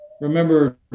remember